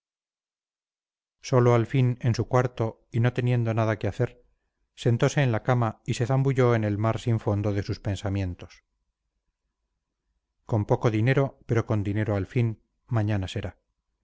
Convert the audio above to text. solo al fin en su cuarto y no teniendo nada que hacer sentose en la cama y se zambulló en el mar sin fondo de sus pensamientos con poco dinero pero con dinero al fin mañana será